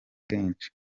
kenshi